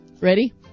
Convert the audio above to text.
Ready